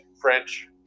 French